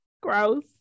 Gross